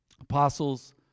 apostles